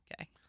okay